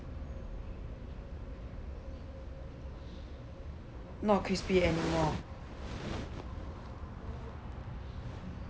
not crispy anymore